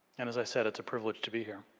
and as i said it's a privilege to be here.